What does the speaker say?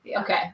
okay